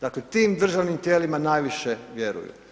Dakle, tim državnim tijelima, najviše vjeruju.